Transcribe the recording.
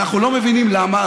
ואנחנו לא מבינים למה.